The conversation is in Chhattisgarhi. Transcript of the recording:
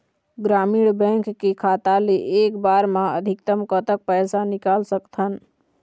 ग्रामीण बैंक के खाता ले एक बार मा अधिकतम कतक पैसा निकाल सकथन?